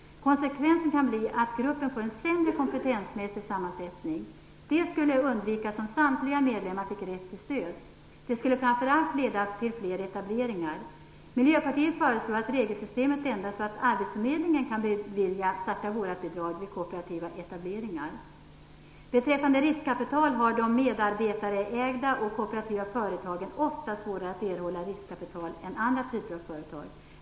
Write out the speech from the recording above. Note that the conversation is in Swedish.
Konsekvensen kan bli att gruppen får en sämre sammansättning kompetensmässigt. Det skulle undvikas om samtliga medlemmar fick rätt till stöd, och framför allt skulle det leda till fler etableringar. Vi i Miljöpartiet föreslår att regelsystemet ändras så att arbetsförmedlingen kan bevilja starta-vårat-bidrag vid kooperativa etableringar. För de medarbetarägda och kooperativa företagen är det ofta svårare att erhålla riskkapital än det är för andra typer av företag.